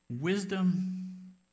Wisdom